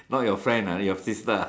not your friend ah your sister